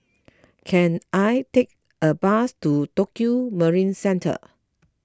can I take a bus to Tokio Marine Centre